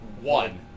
one